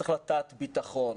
צריך לטעת ביטחון,